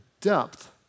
depth